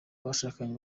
abashakanye